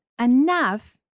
enough